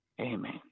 Amen